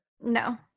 No